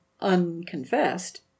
unconfessed